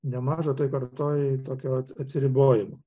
nemaža toj kartoj tokio atsiribojimo